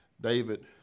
David